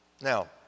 Now